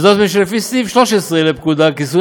וזאת מפני שלפי סעיף 13 לפקודה הכיסוי